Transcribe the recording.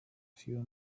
few